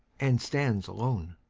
and stands alone.